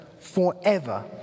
forever